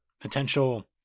potential